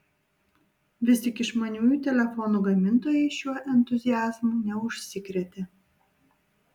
vis tik išmaniųjų telefonų gamintojai šiuo entuziazmu neužsikrėtė